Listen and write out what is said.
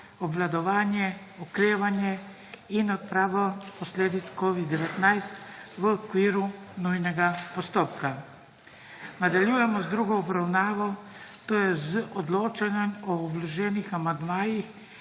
obvladovanje, okrevanje in odpravo posledic COVID-19** v okviru nujnega postoka. Nadaljujemo z drugo obravnavo, tj. z odločanjem o vloženih amandmajih,